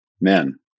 men